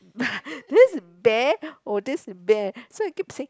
this bear or this bear so I keep saying